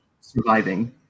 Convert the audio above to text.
surviving